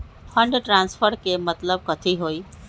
Fund transfer के मतलब कथी होई?